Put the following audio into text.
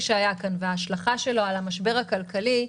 שהיה כאן וההשלכה שלו על המשבר הכלכלי,